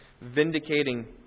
vindicating